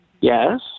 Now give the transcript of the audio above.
yes